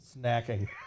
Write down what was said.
Snacking